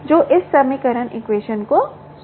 जो इस समीकरण को संतुष्ट करता है